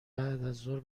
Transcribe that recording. ظهر